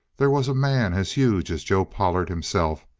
there was a man as huge as joe pollard himself,